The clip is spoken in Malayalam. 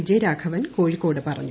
വിജയരാഘവൻ കോഴിക്കോട് പറഞ്ഞു